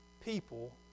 people